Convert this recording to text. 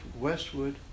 Westwood